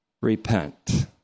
repent